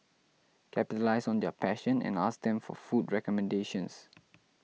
capitalise on their passion and ask them for food recommendations